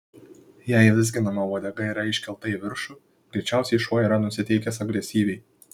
jei vizginama uodega yra iškelta į viršų greičiausiai šuo yra nusiteikęs agresyviai